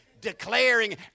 declaring